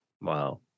Wow